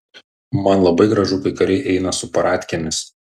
man labai gražu kai kariai eina su paradkėmis